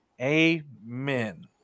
Amen